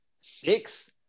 six